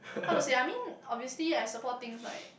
how to say I mean obviously I support things like